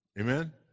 Amen